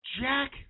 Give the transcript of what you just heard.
Jack